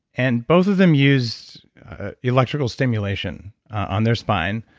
and both of them used electrical stimulation on their spine.